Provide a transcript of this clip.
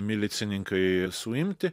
milicininkai suimti